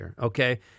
okay